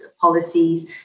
policies